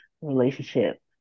relationship